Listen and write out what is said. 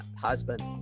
husband